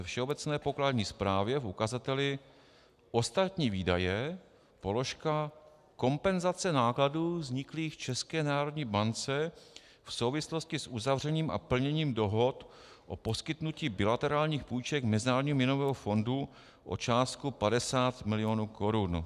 Všeobecné pokladní správě v ukazateli ostatní výdaje, položka kompenzace nákladů vzniklých České národní bance v souvislosti s uzavřením a plněním dohod o poskytnutí bilaterálních půjček Mezinárodnímu měnovému fondu o částku 50 mil. korun.